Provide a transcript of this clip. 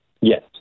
Yes